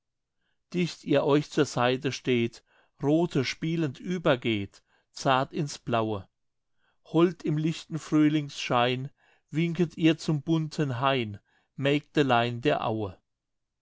dicht ihr euch zur seite steht rothe spielend übergeht zart in's blaue hold im lichten frühlingsschein winket ihr zum bunten hain mägdelein der aue